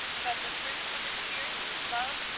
but the fruit of the spirit is love,